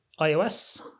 iOS